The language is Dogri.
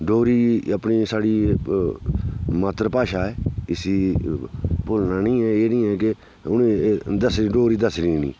डोगरी अपनी साढ़ी मात्तर भाशा ऐ इसी भुल्लना नी ऐ एह् नी ऐ के उनें दस्सनी डोगरी दस्सनी गै नी